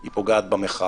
היא פוגעת במחאה.